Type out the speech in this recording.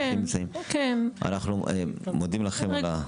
אנחנו מודים לכם.